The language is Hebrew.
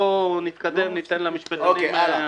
בואו נתקדם, ניתן למשפטנים --- אוקיי, הלאה.